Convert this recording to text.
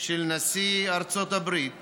של נשיא ארצות הברית